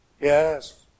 Yes